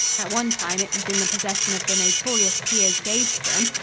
at one time it was in the possession of the notorious piers gaveston,